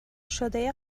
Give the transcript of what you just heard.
شده